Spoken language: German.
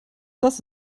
das